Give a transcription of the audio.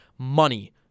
Money